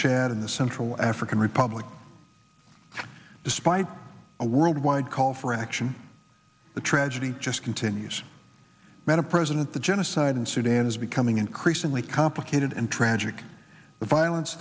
chad in the central african republic despite a worldwide call for action the tragedy just continues madam president the genocide in sudan is becoming increasingly complicated and tragic the violence